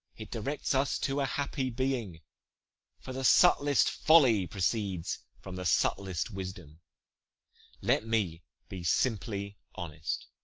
it directs us to a happy being for the subtlest folly proceeds from the subtlest wisdom let me be simply honest.